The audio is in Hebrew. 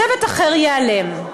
שבט אחר ייעלם.